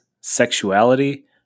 sexuality